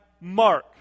Mark